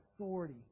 authority